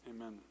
Amen